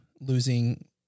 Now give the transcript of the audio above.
losing